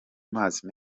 mazi